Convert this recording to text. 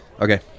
Okay